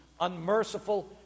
Unmerciful